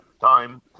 time